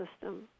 system